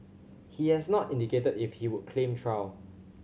he has not indicated if he would claim trial